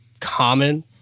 common